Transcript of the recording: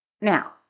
Now